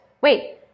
Wait